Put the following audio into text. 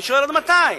אני שואל: עד מתי?